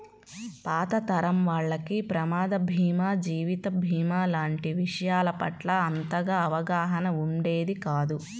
పాత తరం వాళ్లకి ప్రమాద భీమా, జీవిత భీమా లాంటి విషయాల పట్ల అంతగా అవగాహన ఉండేది కాదు